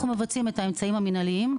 ואנחנו גם מבצעים את האמצעים המינהליים.